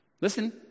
listen